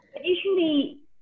Usually